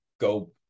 go